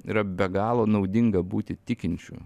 yra be galo naudinga būti tikinčiu